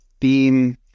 theme